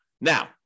Now